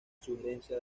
sugerencia